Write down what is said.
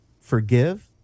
forgive